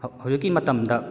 ꯍꯧꯖꯤꯛꯀꯤ ꯃꯇꯝꯗ